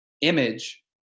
image